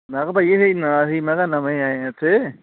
ਮੈਂ ਕਿਹਾ ਭਾਅ ਜੀ ਇਹ ਨਾ ਅਸੀਂ ਮੈਂ ਕਿਹਾ ਨਵੇਂ ਆਏ ਇੱਥੇ